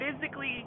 physically